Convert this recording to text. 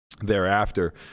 thereafter